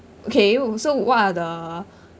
okay so what are the